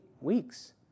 weeks